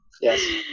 yes